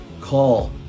call